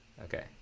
okay